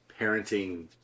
parenting